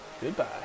goodbye